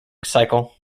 cycle